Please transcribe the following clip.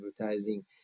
advertising